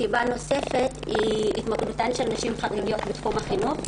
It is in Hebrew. סיבה נוספת היא התמקדותן של נשים חרדיות בתחום החינוך.